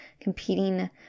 competing